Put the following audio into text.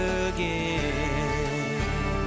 again